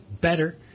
better